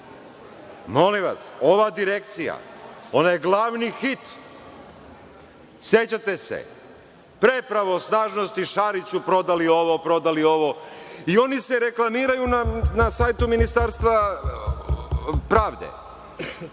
Molim vas, ova direkcija, ona je glavni hit. Sećate se, pre pravosnažnosti Šariću prodali ovo, prodali ovo i oni se reklamiraju na sajtu Ministarstva pravde